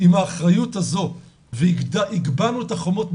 עם האחריות הזו והגבהנו את החומות,